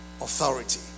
authority